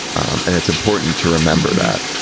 and it's important to remember that.